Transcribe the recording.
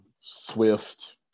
Swift